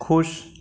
ख़ुश